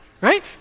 right